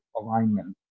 alignment